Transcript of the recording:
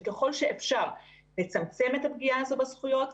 שככל שאפשר לצמצם את הפגיעה הזו בזכויות,